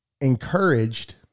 encouraged